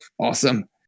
awesome